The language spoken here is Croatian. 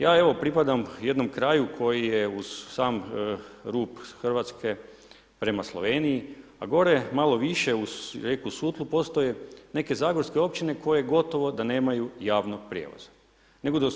Ja evo pripadam jednom kraju koji je uz sam rub Hrvatske prema Sloveniji, a gore malo više uz rijeku Sutlu postoje neke zagorske općine koje gotovo da nemaju javnog prijevoza.